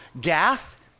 Gath